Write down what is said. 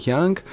Young